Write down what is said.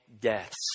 deaths